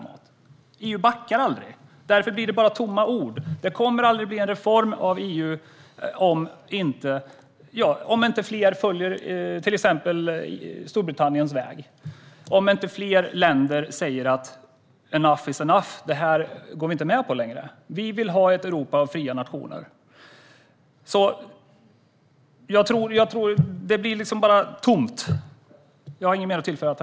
EU backar aldrig. Därför blir det bara tomma ord. Det kommer aldrig att bli en reform av EU, om inte fler följer i Storbritanniens spår, om inte fler länder säger: "Enough is enough. Det här går vi inte med på längre. Vi vill ha ett Europa med fria nationer." Det blir bara tomt. Jag har inget mer att tillägga.